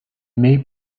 may